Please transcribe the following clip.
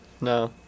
No